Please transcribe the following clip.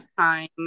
time